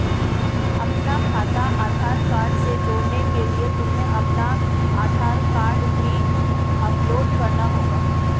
अपना खाता आधार कार्ड से जोड़ने के लिए तुम्हें अपना आधार कार्ड भी अपलोड करना होगा